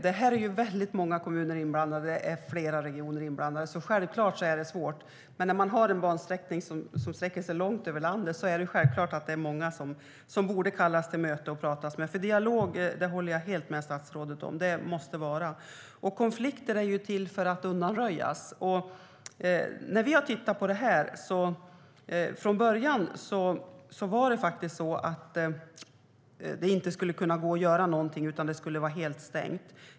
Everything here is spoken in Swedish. Det är många kommuner och flera regioner inblandade, så självklart är det svårt. Men har man en bansträckning som sträcker sig långt i landet borde många kallas till möte och pratas med. Jag håller helt med statsrådet om att det måste finnas en dialog. Konflikter är till för att undanröjas. Från början skulle det inte gå att göra något, utan det skulle vara helt stängt.